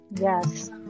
Yes